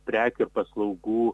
prekių ir paslaugų